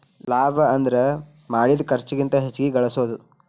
ಲಾಭ ಅಂದ್ರ ಮಾಡಿದ್ ಖರ್ಚಿಗಿಂತ ಹೆಚ್ಚಿಗಿ ಗಳಸೋದು